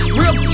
real